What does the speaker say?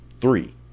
Three